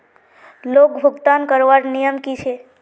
Loan भुगतान करवार नियम की छे?